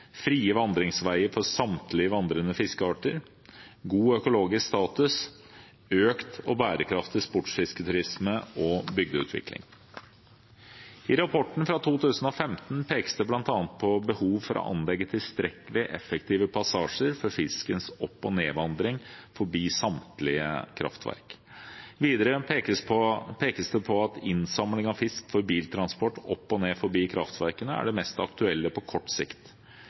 frie vandringsveier for samtlige vandrende fiskearter, god økologisk status, økt og bærekraftig sportsfisketurisme og bygdeutvikling. I rapporten fra 2015 pekes det bl.a. på behov for å anlegge tilstrekkelig effektive passasjer for fiskens opp- og nedvandring forbi samtlige kraftverk. Videre pekes det på at innsamling av fisk for biltransport opp og ned forbi kraftverkene er det mest aktuelle på kort sikt.